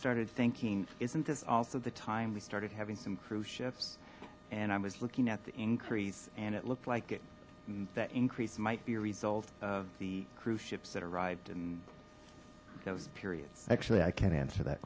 started thinking isn't this also the time we started having some cruise ships and i was looking at the increase and it looked like it that increase might be a result of the cruise ships that arrived and those periods actually i can't answer that